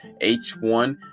H1